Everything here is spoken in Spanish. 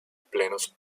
plenos